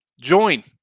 Join